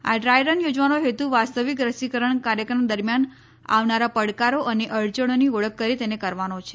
આ dry run યોજવાનો હેતુ વાસ્તવિક રસીકરણ કાર્યક્રમ દરમિયાન આવનારા પડકારો અને અડચણોની ઓળખ કરી તેને કરવાનો છે